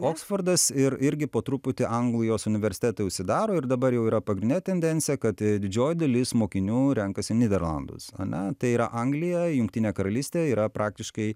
oksfordas ir irgi po truputį anglijos universitetai užsidaro ir dabar jau yra pagrindinė tendencija kad didžioji dalis mokinių renkasi nyderlandus ane tai yra anglija jungtinė karalystė yra praktiškai